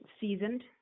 seasoned